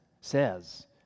says